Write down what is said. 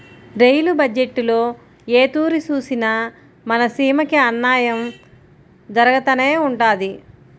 rail బజ్జెట్టులో ఏ తూరి సూసినా మన సీమకి అన్నాయం జరగతానే ఉండాది